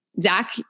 Zach